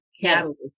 catalyst